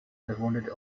verwundete